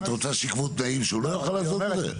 את רוצה שייקבעו תנאים שהוא לא יוכל לעשות את זה?